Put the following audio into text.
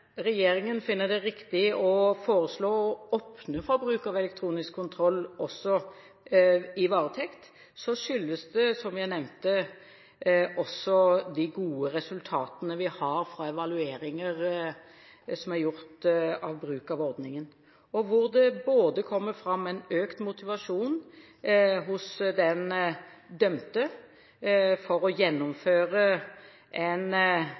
regjeringen finner det riktig å foreslå å åpne for bruk av elektronisk kontroll også i varetekt, skyldes det, som jeg nevnte, de gode resultatene vi har fra evalueringer som er gjort av bruk av ordningen. I evalueringene kommer det fram en økt motivasjon hos den dømte for å